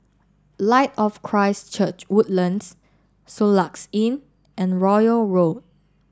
Light of Christ Church Woodlands Soluxe Inn and Royal Road